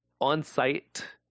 on-site